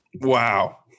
Wow